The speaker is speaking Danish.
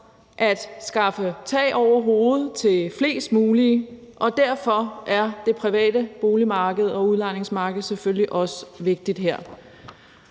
at skaffe tag over hovedet til flest mulige, og derfor er det private boligmarked og udlejningsmarked selvfølgelig også vigtigt her.